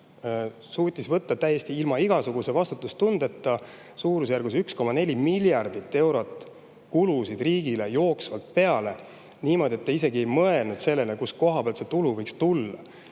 suutis võtta täiesti ilma igasuguse vastutustundeta suurusjärgus 1,4 miljardit eurot kulusid riigile jooksvalt peale niimoodi, et isegi ei mõelnud sellele, kust võiks tulu tulla,